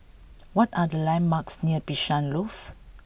what are the landmarks near Bishan Loft